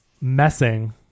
messing